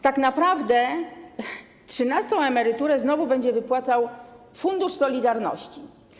Tak naprawdę trzynastą emeryturę znowu będzie wypłacał Fundusz Solidarności.